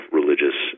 religious